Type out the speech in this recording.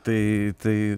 tai tai